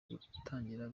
gutangira